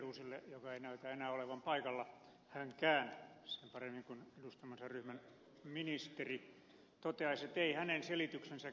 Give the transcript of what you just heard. wideroosille joka ei näytä enää olevan paikalla hänkään sen paremmin kuin edustamansa ryhmän ministeri toteaisin että ei hänen selityksensä kyllä tyydyttänyt